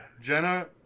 jenna